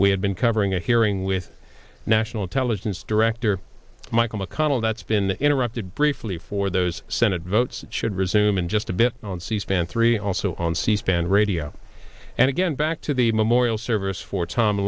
we have been covering a hearing with national intelligence director michael mcconnell that's been interrupted briefly for those senate votes should resume in just a bit on c span three also on c span radio and again back to the memorial service for tom